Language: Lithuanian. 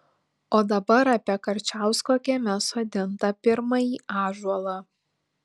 o dabar apie karčiausko kieme sodintą pirmąjį ąžuolą